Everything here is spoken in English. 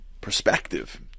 Perspective